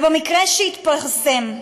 ובמקרה שהתפרסם,